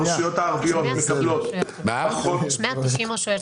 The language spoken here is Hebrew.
כמה רשויות זכאיות למענק, 150 או 190?